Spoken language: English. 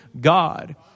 God